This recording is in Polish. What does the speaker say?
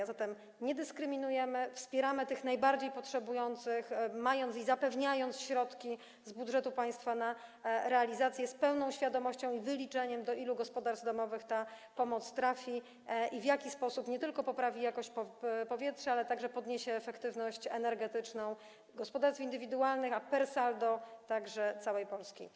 A zatem nie dyskryminujemy, wspieramy tych najbardziej potrzebujących, mając środki w budżecie państwa i zapewniając je na realizację tego, z pełną świadomością i wyliczeniem, do ilu gospodarstw domowych ta pomoc trafi i w jaki sposób nie tylko poprawi jakość powietrza, ale także podniesie efektywność energetyczną gospodarstw indywidualnych, a per saldo także całej Polski.